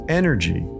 energy